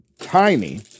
tiny